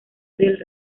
del